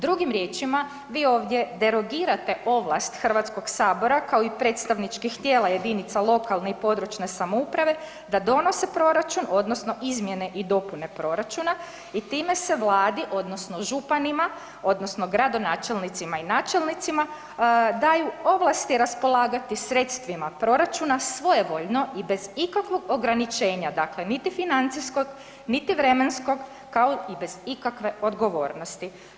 Drugim riječima, vi ovdje derogirate ovlast Hrvatskog sabora kao i predstavničkih tijela jedinica lokalne i područne samouprave da donose proračun odnosno izmijene i dopune proračuna i time se Vladi odnosno županima odnosno gradonačelnicima i načelnicima daju ovlasti raspolagati sredstvima proračuna svojevoljno i bez ikakvog ograničenja, dakle niti financijskog niti vremenskog kao i bez ikakve odgovornosti.